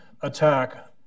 attack